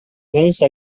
once